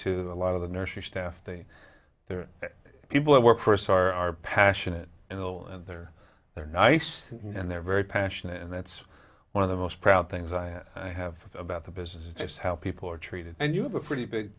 to a lot of the nursery staff they there are people who work for us are passionate and will and they're they're nice and they're very passionate and that's one of the most proud things i have about the business it's how people are treated and you have a pretty big